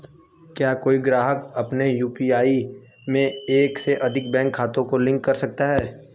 क्या कोई ग्राहक अपने यू.पी.आई में एक से अधिक बैंक खातों को लिंक कर सकता है?